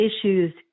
issues